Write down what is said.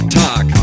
talk